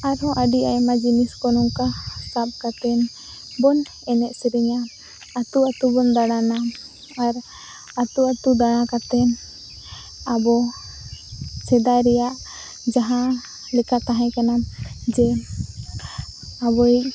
ᱟᱨᱦᱚᱸ ᱟᱹᱰᱤ ᱟᱭᱢᱟ ᱡᱤᱱᱤᱥᱠᱚ ᱱᱚᱝᱠᱟ ᱥᱟᱵ ᱠᱟᱛᱮ ᱵᱚᱱ ᱮᱱᱮᱡᱼᱥᱮᱨᱮᱧᱟ ᱟᱛᱳ ᱟᱛᱳᱵᱚᱱ ᱫᱟᱬᱟᱱᱟ ᱟᱨ ᱟᱛᱳᱼᱟᱛᱳ ᱫᱟᱬᱟ ᱠᱟᱛᱮ ᱟᱵᱚ ᱥᱮᱫᱟᱭ ᱨᱮᱭᱟᱜ ᱡᱟᱦᱟᱸ ᱞᱮᱠᱟ ᱛᱟᱦᱮᱸ ᱠᱟᱱᱟ ᱡᱮ ᱟᱵᱚᱭᱤᱡ